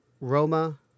Roma